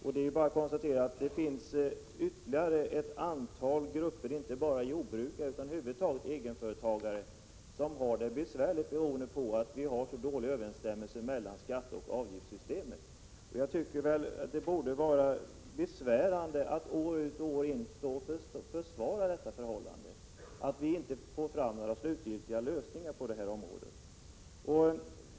Och det är bara att konstatera att det finns ytterligare ett antal grupper — inte bara jordbrukare utan över huvud taget egenföretagare — som har det besvärligt, beroende på att det är dålig överensstämmelse mellan skatteoch avgiftssystemen. Det borde vara besvärande att år ut och år in försvara detta förhållande, att det inte kommer fram några slutgiltiga lösningar på det här området.